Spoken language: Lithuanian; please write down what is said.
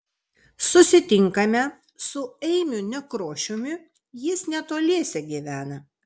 susitinkame su eimiu nekrošiumi jis netoliese gyvena